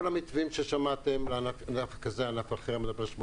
כל המתווים ששמעתם לענף כזה או אחר מדבר על 60%,